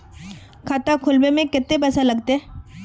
खाता खोलबे में कते पैसा लगते?